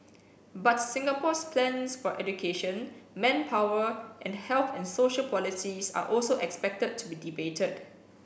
but Singapore's plans for education manpower and health and social policies are also expected to be debated